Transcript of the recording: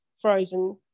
frozen